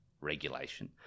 regulation